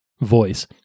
voice